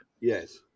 yes